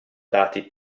dati